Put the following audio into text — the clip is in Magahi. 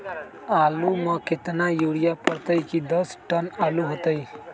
आलु म केतना यूरिया परतई की दस टन आलु होतई?